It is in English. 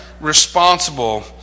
responsible